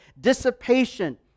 Dissipation